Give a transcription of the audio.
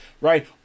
right